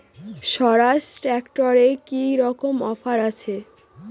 স্বরাজ ট্র্যাক্টরে কি রকম অফার আছে?